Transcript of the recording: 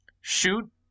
Shoot